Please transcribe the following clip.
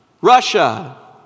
Russia